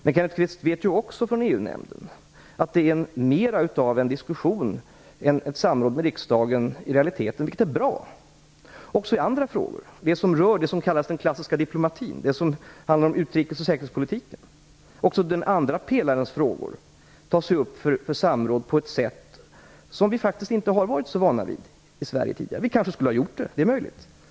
Men Kenneth Kvist vet också från EU-nämnden att det i realiteten är mer av en diskussion, ett samråd, med riksdagen, vilket är bra. Det gäller också andra frågor som rör den klassiska diplomatin, dvs. utrikesoch säkerhetspolitiken. Också den andra pelarens frågor tas upp för samråd på ett sätt som vi faktiskt inte har varit så vana vid i Sverige tidigare. Vi kanske skulle ha gjort det. Det är möjligt.